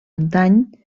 antany